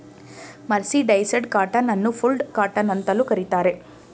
mercerised cotton ಅನ್ನು ಫುಲ್ಡ್ cotton ಅಂತಲೂ ಕರಿತಾರೆ